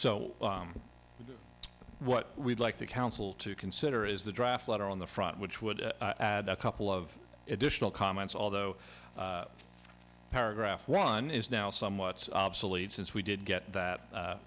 so what we'd like the council to consider is the draft letter on the front which would add a couple of additional comments although paragraph one is now somewhat obsolete since we did get that